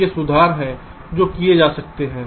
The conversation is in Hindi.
ये सुधार हैं जो किए जा सकते हैं